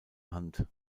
hand